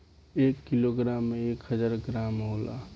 एक किलोग्राम में एक हजार ग्राम होला